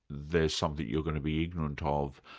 there's something you're going to be ignorant ah of,